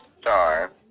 star